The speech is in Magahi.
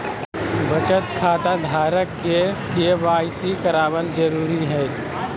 बचत खता धारक के के.वाई.सी कराबल जरुरी हइ